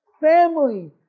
family